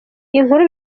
inkuru